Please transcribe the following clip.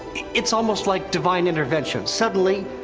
it's almost like divine intervention. suddenly.